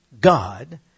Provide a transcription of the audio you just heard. God